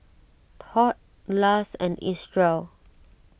Tod Lars and Isreal